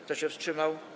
Kto się wstrzymał?